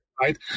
right